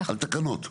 על תקנות.